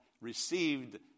received